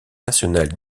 nationale